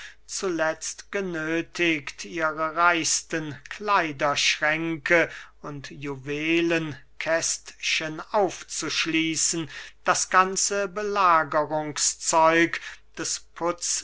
zuletzt genöthigt ihre reichsten kleiderschränke und juwelenkästchen aufzuschließen das ganze belagerungszeug des putztisches